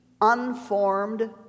unformed